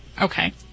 Okay